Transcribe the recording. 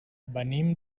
venim